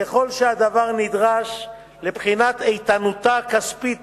ככל שהדבר נדרש לבחינת איתנותה הכספית